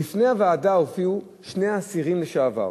בפני הוועדה הופיעו שני אסירים לשעבר,